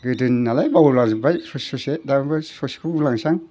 गोदोनि नालाय बावलाजोब्बाय ससे ससे दा बे ससेखौ बुंलांनोसै आं